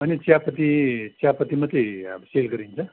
अनि चियापत्ती चियापत्ती मात्रै सेल गरिन्छ